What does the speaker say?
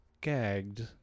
gagged